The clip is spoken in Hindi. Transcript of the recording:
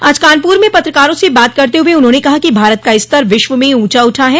आज कानपुर में पत्रकारों से बात करते हुए उन्होंने कहा कि भारत का स्तर विश्व में ऊँचा उठा है